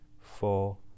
four